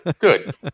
Good